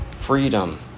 freedom